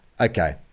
Okay